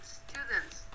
students